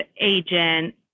agent